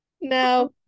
No